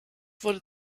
wurde